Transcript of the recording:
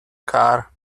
car